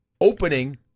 opening